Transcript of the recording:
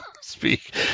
speak